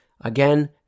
Again